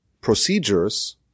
procedures